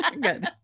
Good